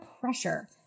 pressure